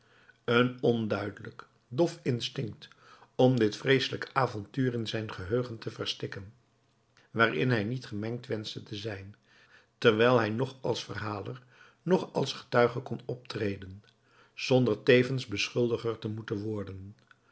vermengd een onduidelijk dof instinct om dit vreeselijk avontuur in zijn geheugen te verstikken waarin hij niet gemengd wenschte te zijn dewijl hij noch als verhaler noch als getuige kon optreden zonder tevens beschuldiger te moeten worden